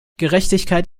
gerechtigkeit